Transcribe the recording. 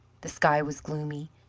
the sky was gloomy,